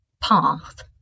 path